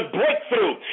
breakthrough